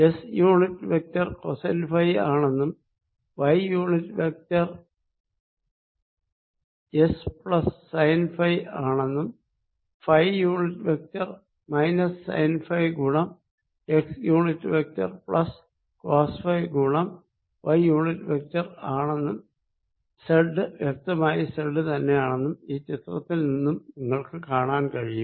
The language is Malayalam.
S unit vector cosine phi ആണെന്നും Y unit vector S plus sine phi ആണെന്നും phi unit vector minus sine phi ഗുണം X unit vector plus cos phi ഗുണം വൈ യൂണിറ്റ് വെക്ടർ ആണെന്നും സെഡ് വ്യക്തമായി സെഡ് തന്നെയാണെന്നും ഈ ചിത്രത്തിൽ നിന്നും നിങ്ങൾക്ക് കാണാൻ കഴിയും